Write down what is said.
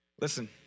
Listen